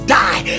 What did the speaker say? die